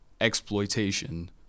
exploitation